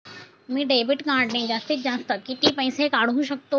मी debit कार्डने जास्तीत जास्त किती पैसे काढू शकतो?